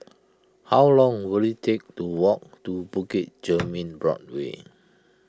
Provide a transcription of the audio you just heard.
how long will it take to walk to Bukit Chermin Board way